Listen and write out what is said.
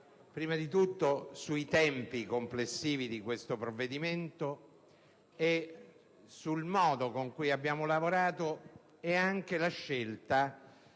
prima di tutto sui tempi complessivi di questo provvedimento e sul modo con cui abbiamo lavorato nonché sulla scelta